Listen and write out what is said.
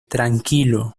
tranquilo